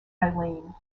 eileen